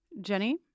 Jenny